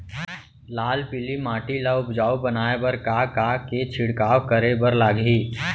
लाल पीली माटी ला उपजाऊ बनाए बर का का के छिड़काव करे बर लागही?